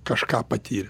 kažką patyrė